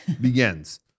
begins